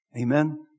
Amen